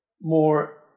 more